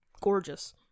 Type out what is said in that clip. gorgeous